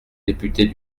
députés